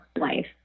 life